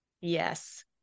yes